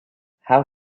how